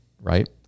right